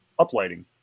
uplighting